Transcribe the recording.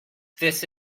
this